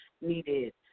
needed